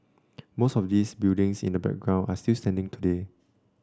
most of those buildings in the background are still standing today